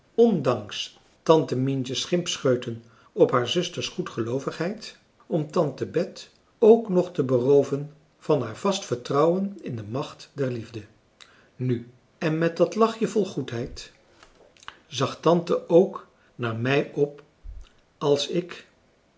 ondanks tante mientje's schimpscheuten op haar zusters goedgeloovigheid om tante bet ook nog te berooven van haar vast vertrouwen in de macht der liefde nu en met dat lachje vol françois haverschmidt familie en kennissen goedheid zag tante ook naar mij op als ik